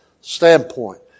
standpoint